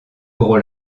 gros